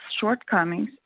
shortcomings